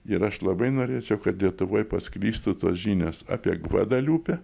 ir aš labai norėčiau kad lietuvoj pasklistų tos žinios apie gvadeliupę